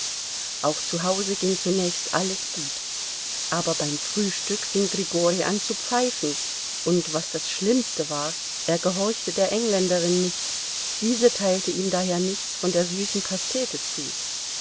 auch zu hause ging zunächst alles gut aber beim frühstück fing grigori an zu pfeifen und was das schlimmste war er gehorchte der engländerin nicht diese teilte ihm daher nichts von der süßen pastete zu